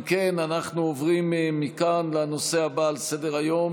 אם כן, אנחנו עוברים מכאן לנושא הבא על סדר-היום,